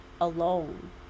alone